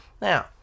Now